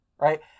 right